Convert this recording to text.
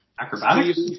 acrobatics